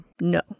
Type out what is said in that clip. No